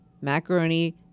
macaroni